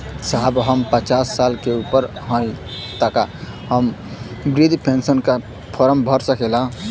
साहब हम पचास साल से ऊपर हई ताका हम बृध पेंसन का फोरम भर सकेला?